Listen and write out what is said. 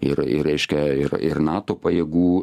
ir ir reiškia ir ir nato pajėgų